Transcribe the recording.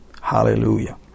Hallelujah